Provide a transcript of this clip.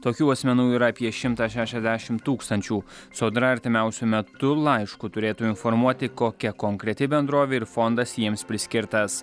tokių asmenų yra apie šimtas šešiasdešimt tūkstančių sodra artimiausiu metu laišku turėtų informuoti kokia konkreti bendrovė ir fondas jiems priskirtas